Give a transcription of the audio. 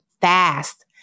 fast